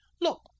look